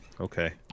okay